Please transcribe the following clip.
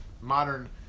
modern